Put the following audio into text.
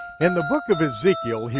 in the book of ezekiel,